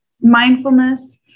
mindfulness